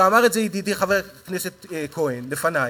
ואמר את זה ידידי חבר הכנסת כהן לפני,